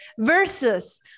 versus